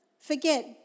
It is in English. forget